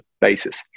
basis